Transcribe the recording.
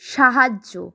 সাহায্য